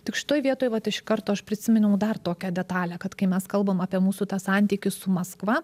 tik šitoj vietoj vat iš karto aš prisiminiau dar tokią detalę kad kai mes kalbam apie mūsų santykį su maskva